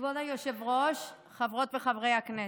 כבוד היושב-ראש, חברות וחברי הכנסת,